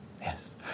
Yes